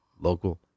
local